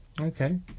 Okay